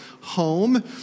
home